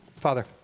Father